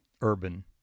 urban